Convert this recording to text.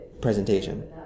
presentation